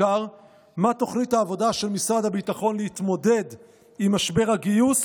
מה תוכנית העבודה של משרד הביטחון להתמודד עם משבר הגיוס